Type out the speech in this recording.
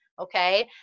okay